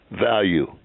Value